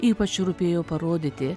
ypač rūpėjo parodyti